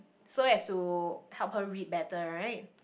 so as to help her read better right